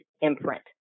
imprint